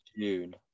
June